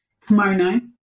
kimono